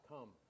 Come